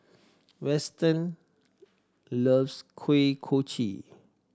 Weston loves Kuih Kochi